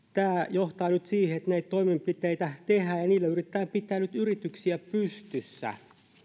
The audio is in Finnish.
johtaa nyt siihen että näitä toimenpiteitä tehdään ja niillä yritetään pitää nyt yrityksiä pystyssä